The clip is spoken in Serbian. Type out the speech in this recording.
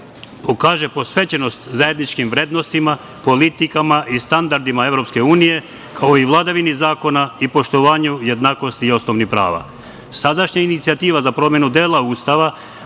pokaže posvećenost zajedničkim vrednostima, politikama i standardima EU, kao i vladavini zakona i poštovanju jednakosti osnovnih